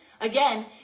Again